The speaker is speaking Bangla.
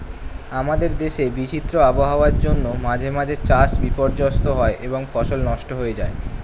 আমাদের দেশে বিচিত্র আবহাওয়ার জন্য মাঝে মাঝে চাষ বিপর্যস্ত হয় এবং ফসল নষ্ট হয়ে যায়